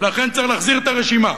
לכן צריך להחזיר את הרשימה.